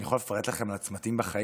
אני יכול לפרט לכם על הצמתים בחיים.